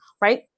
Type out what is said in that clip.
right